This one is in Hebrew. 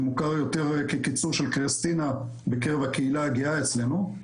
שהוא מוכר יותר כקיצור של כריסטינה בקרב הקהילה הגאה אצלנו.